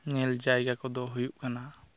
ᱧᱮᱞ ᱡᱟᱭᱜᱟ ᱠᱚᱫᱚ ᱦᱩᱭᱩᱜ ᱠᱟᱱᱟ